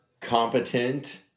competent